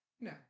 No